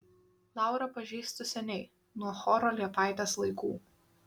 laurą pažįstu seniai nuo choro liepaitės laikų